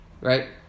right